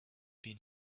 been